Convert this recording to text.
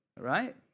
Right